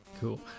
cool